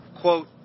Quote